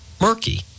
murky